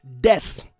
death